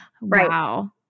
Wow